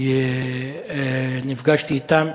נפגשתי אתם,